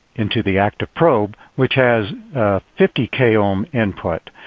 into the active probe which has fifty k ohm input.